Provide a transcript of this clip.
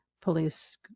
police